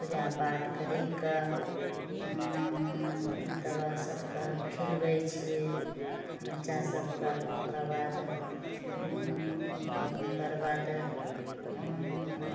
पूजा पाठ करी कऽ तकर बाद सभके खिलबै छियै बच्चा सभके ओकरा बाद ओकर बाद